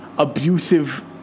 abusive